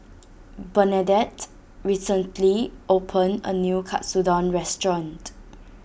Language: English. Bernadette recently opened a new Katsudon restaurant